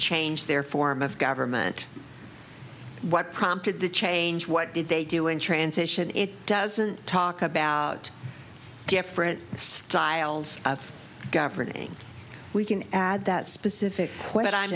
changed their form of government what prompted the change what did they do in transition it doesn't talk about different styles of governing we can add that specific point i'm